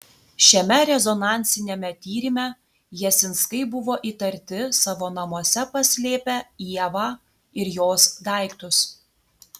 šiame rezonansiniame tyrime jasinskai buvo įtarti savo namuose paslėpę ievą ir jos daiktus